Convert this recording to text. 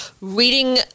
reading